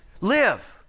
live